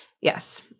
yes